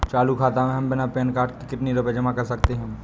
चालू खाता में हम बिना पैन कार्ड के कितनी रूपए जमा कर सकते हैं?